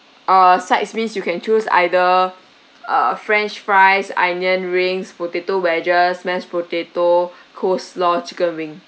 err sides means you can choose either uh french fries onion rings potato wedges mashed potato coleslaw chicken wing